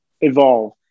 evolve